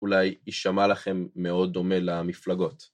אולי יישמע לכם מאוד דומה למפלגות.